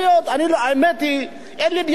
אין לי דעה חותכת אם זה נכון או לא נכון.